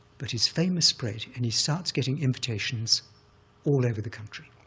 but his fame has spread, and he starts getting invitations all over the country.